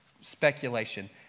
speculation